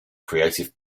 creative